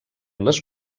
les